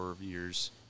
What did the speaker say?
years